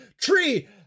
tree